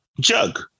Jug